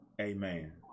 Amen